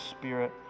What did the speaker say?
spirit